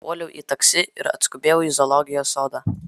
puoliau į taksi ir atskubėjau į zoologijos sodą